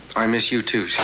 i miss you, too, so